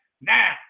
now